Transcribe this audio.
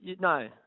No